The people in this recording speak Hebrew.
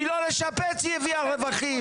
מלא לשפץ היא הביאה רווחים.